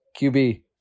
QB